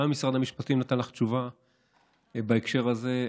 גם משרד המשפטים נתן לך תשובה בהקשר הזה.